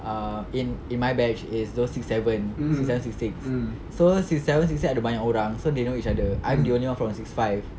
err in in my batch is those six seven six one six six so six seven six six ada banyak orang so they know each other I'm the only one from six five